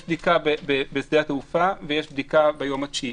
יש בדיקה בשדה התעופה ויש בדיקה ביום התשיעי.